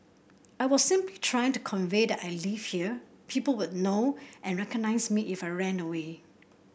I was simply trying to convey that I lived here people would know and recognise me if I ran away